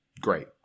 Great